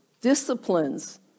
Disciplines